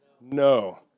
No